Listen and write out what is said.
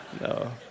no